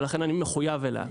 לכן אני מחויב אליה.